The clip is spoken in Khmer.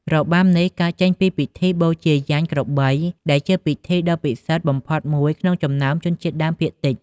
របាំនេះកើតចេញពីពិធីបូជាយញ្ញក្របី ដែលជាពិធីដ៏ពិសិដ្ឋបំផុតមួយក្នុងចំណោមជនជាតិដើមភាគតិច។